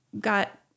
got